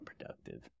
productive